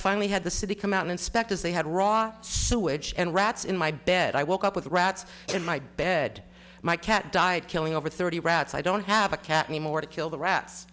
finally had the city come out inspectors they had wrought sewage and rats in my bed i woke up with rats in my bed my cat died killing over thirty rats i don't have a cat anymore to kill the rats